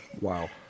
Wow